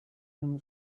him